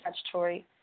statutory